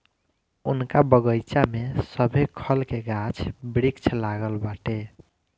उनका बगइचा में सभे खल के गाछ वृक्ष लागल बाटे